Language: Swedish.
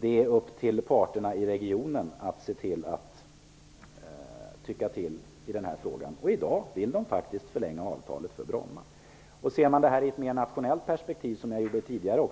Det är upp till parterna i regionen att tycka till i denna fråga, och i dag vill man faktiskt förlänga avtalet för flygverksamheten på Bromma. Jag vill också i ett mer nationellt perspektiv säga, liksom jag gjorde tidigare,